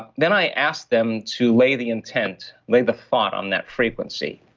then i asked them to lay the intent, lay the thought on that frequency